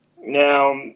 Now